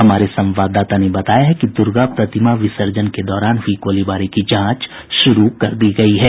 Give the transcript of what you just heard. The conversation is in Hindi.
हमारे संवाददाता ने बताया है कि दुर्गा प्रतिमा विसर्जन के दौरान हुई गोलीबारी की जांच शुरू कर दी गयी है